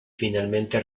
finalmente